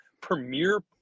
premier